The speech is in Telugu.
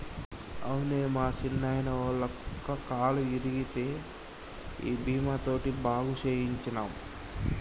అవునే మా సిన్నాయిన, ఒళ్ళ కుక్కకి కాలు ఇరిగితే ఈ బీమా తోటి బాగు సేయించ్చినం